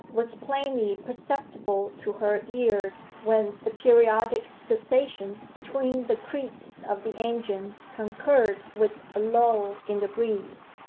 was plainly perceptible to her ears when the periodic cessations between the creaks of the engine concurred with a lull in the breeze,